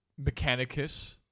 Mechanicus